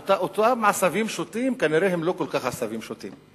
אותם עשבים שוטים הם כנראה לא כל כך עשבים שוטים,